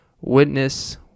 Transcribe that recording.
witness